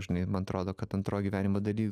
žinai man atrodo kad antroj gyvenimo daly